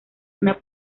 una